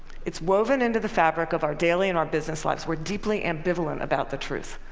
it's woven into the fabric of our daily and our business lives. we're deeply ambivalent about the truth.